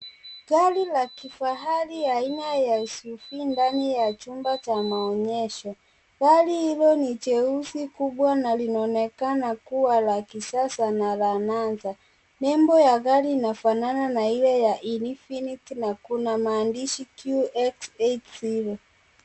Gari ya kifahari aina ya SUV ndani ya chumba cha maonyesho. gari hilo ni jeusi kubwa na linaonekana kuwa la kisasa na la nanza. Nembo ya gari inafanana na ile ya Infinity na una maandishi QX80.